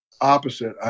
opposite